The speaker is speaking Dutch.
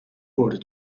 woorden